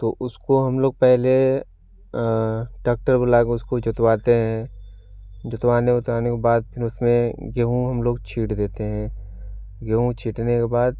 तो उसको हम लोग पहले डॉक्टर बुला कर उसको जोतवाते हैं जोतवाने उतवाने के बाद फिर उसमें गेहूँ हम लोग छींट देते हैं गेहूँ छीटने के बाद